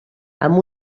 amb